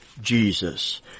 Jesus